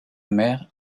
mère